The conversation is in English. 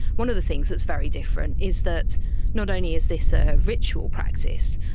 one of the things that's very different is that not only is this a ritual practice,